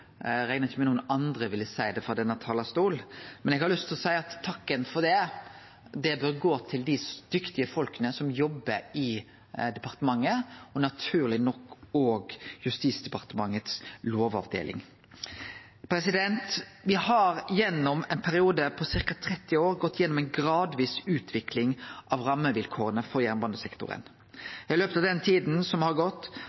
reknar ikkje med at nokon andre ville seie det frå denne talarstolen. Men eg har lyst til å seie at takken for det bør gå til dei dyktige folka som jobbar i departementet, og naturleg nok òg Justisdepartementet si lovavdeling. Me har gjennom ein periode på ca. 30 år gått gjennom ei gradvis utvikling av rammevilkåra for